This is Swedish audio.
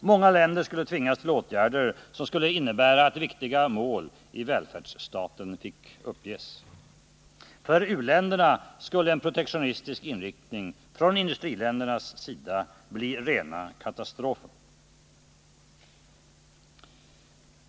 Många länder skulle tvingas till åtgärder som skulle innebära att viktiga mål i välfärdsstaten finge uppges. För u-länderna skulle en protektionistisk inriktning från industriländernas sida bli rena katastrofen.